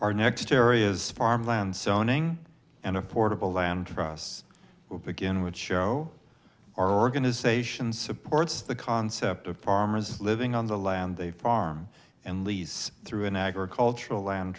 our next areas farm land zoning and affordable land for us to begin with show our organization supports the concept of farmers living on the land they farm and lease through an agricultural land